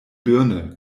birne